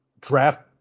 draft